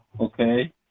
Okay